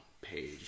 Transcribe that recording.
page